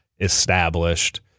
established